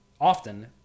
often